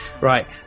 Right